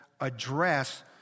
address